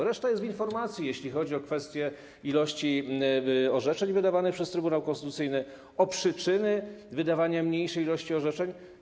Reszta jest w informacji, jeśli chodzi o kwestie ilości orzeczeń wydawanych przez Trybunał Konstytucyjny, o przyczyny wydawania mniejszej ilości orzeczeń.